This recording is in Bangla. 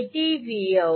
এটিই Vout